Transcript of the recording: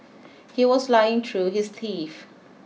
he was lying through his teeth